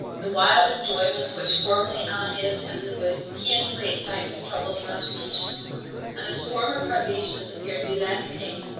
the wild enjoyments which formerly animated him in the woods, painfully excite his troubled imagination and his former privations appear to be less keen,